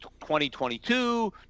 2022